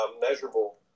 measurable